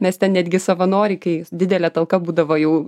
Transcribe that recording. nes ten netgi savanoriai kai didelė talka būdavo jau